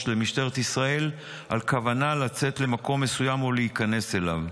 למשטרת ישראל על כוונה לצאת למקום מסוים או להיכנס אליו.